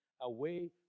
away